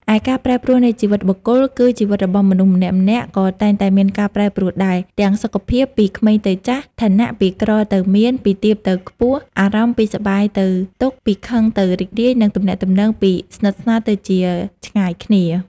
ឯ ការប្រែប្រួលនៃជីវិតបុគ្គល គឺជីវិតរបស់មនុស្សម្នាក់ៗក៏តែងតែមានការប្រែប្រួលដែរ ទាំងសុខភាព ពីក្មេងទៅចាស់ ឋានៈ ពីក្រទៅមាន ពីទាបទៅខ្ពស់ អារម្មណ៍ ពីសប្បាយទៅទុក្ខ ពីខឹងទៅរីករាយ និងទំនាក់ទំនង ពីស្និទ្ធស្នាលទៅជាឆ្ងាយគ្នា។